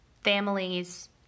Families